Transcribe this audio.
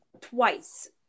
twice